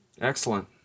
Excellent